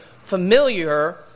familiar